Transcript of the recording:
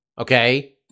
Okay